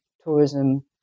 tourism